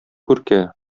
күркә